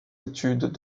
études